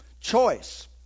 Choice